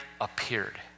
appeared